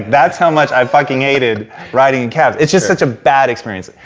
that's how much i fucking hated riding in cabs. it's just such a bad experience.